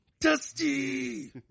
Dusty